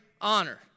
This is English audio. honor